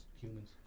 humans